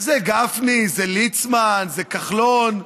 זה גפני, זה ליצמן, זה כחלון,